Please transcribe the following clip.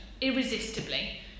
irresistibly